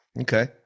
Okay